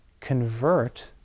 convert